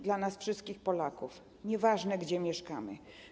Dla nas wszystkich Polaków, nieważne, gdzie mieszkamy.